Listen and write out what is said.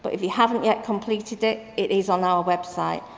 but if you haven't yet completed it, it is on our website.